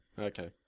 Okay